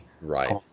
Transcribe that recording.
right